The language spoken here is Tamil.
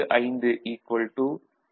5 வோல்ட் கிடைக்கும்